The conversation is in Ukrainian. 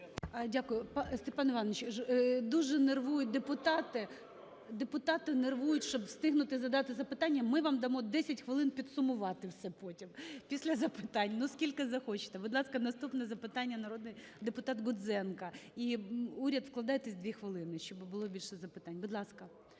Дякую. Степан Іванович, дуже нервують депутати. Депутати нервують, щоб встигнути задати запитання. Ми вам дамо 10 хвилин підсумувати все потім, після запитань. Ну, скільки захочете. Будь ласка, наступне запитання - народний депутат Гудзенко. І, уряд, вкладайтесь у 2 хвилини, щоб було більше запитань. Будь ласка,